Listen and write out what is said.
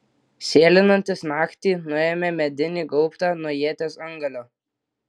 sėlinantis naktį nuėmė medinį gaubtą nuo ieties antgalio